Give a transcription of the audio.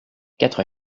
quatre